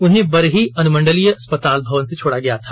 उन्हें बरही अनुमंडलीय अस्पताल भवन से छोड़ा गया था